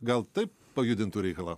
gal taip pajudintų reikalą